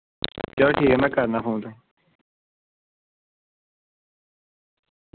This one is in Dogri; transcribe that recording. चलो ठीक में करना फोन तुसेंगी